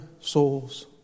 souls